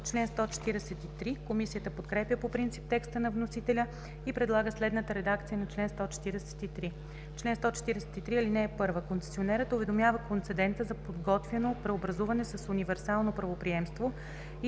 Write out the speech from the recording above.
чл. 142. Комисията подкрепя по принцип текста на вносителя и предлага следната редакция на чл. 143: „Чл. 143. (1) Концесионерът уведомява концедента за подготвяно преобразуване с универсално правоприемство и